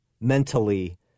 mentally